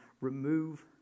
remove